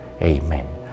Amen